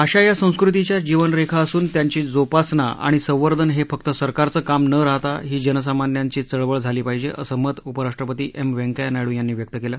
भाषा या संस्कृतीच्या जीवनरेखा असून त्यांची जोपासना आणि संवर्धन हे फक्त सरकारचं काम न राहता ही जनसामन्यांची चळवळ झाली पाहिजे असं मत उपराष्ट्रती एम व्यंकय्या नायडू यांनी व्यक्त केलं